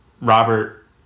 Robert